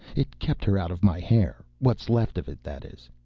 it kept her out of my hair. what's left of it, that is.